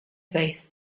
faith